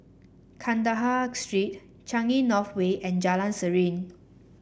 Kandahar Street Changi North Way and Jalan Serene